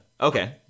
okay